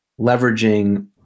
leveraging